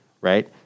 right